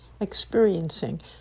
experiencing